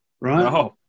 right